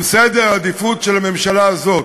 עם סדר העדיפויות של הממשלה הזאת,